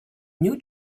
new